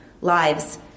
lives